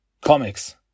comics